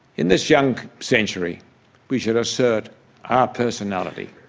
in this young century we should assert our personality.